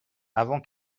avant